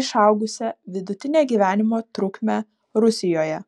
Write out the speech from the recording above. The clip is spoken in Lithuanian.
išaugusią vidutinę gyvenimo trukmę rusijoje